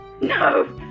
No